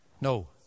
No